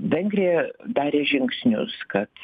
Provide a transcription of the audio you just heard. vengrija darė žingsnius kad